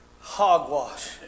hogwash